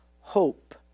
hope